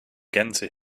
gänse